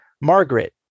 Margaret